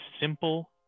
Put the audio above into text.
simple